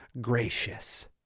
gracious